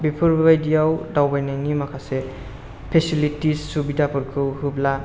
बेफोर बायदियाव दावबायनायनि माखासे फेसिलिति सुबिदाफोरखौ होब्ला